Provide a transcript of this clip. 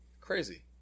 Crazy